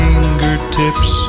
Fingertips